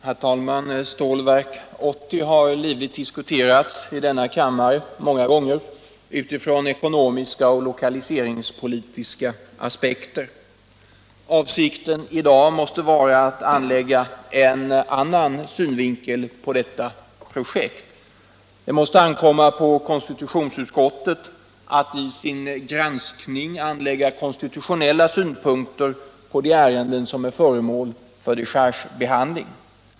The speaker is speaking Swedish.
Herr talman! Stålverk 80 har många gånger livligt diskuterats i denna kammare utifrån ekonomiska och lokaliseringspolitiska aspekter. Avsikten i dag måste vara att ur en annan synvinkel se på detta projekt. Det ankommer på konstitutionsutskottet att i sin granskning anlägga konstitutionella synpunkter på de ärenden som är föremål för dechargebehandling.